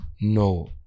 no